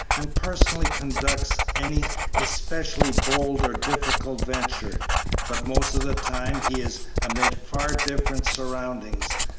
and personally conducts any especially bold or difficult venture but most of the time he is amid far different surroundings,